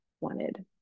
wanted